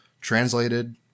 translated